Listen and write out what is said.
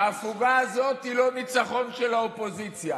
ההפוגה הזאת היא לא ניצחון של האופוזיציה.